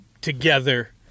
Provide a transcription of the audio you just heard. together